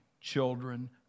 children